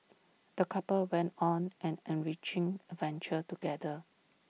the couple went on an enriching adventure together